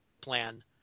plan